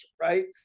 right